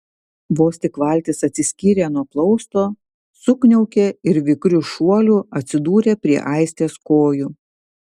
vos tik valtis atsiskyrė nuo plausto sukniaukė ir vikriu šuoliu atsidūrė prie aistės kojų